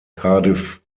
cardiff